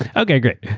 okay, great.